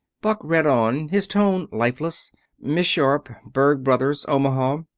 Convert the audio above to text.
buck read on, his tone lifeless miss sharp. berg brothers, omaha.